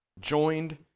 joined